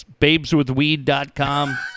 Babeswithweed.com